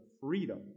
freedom